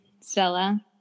Stella